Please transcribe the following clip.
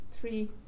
three